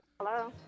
Hello